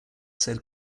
said